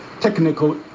technical